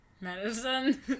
Medicine